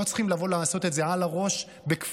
לא צריכים לבוא לעשות את זה על הראש בכפייה.